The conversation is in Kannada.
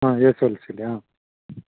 ಹಾಂ ಎಸ್ ಎಲ್ ಸಿಲಿ ಹಾಂ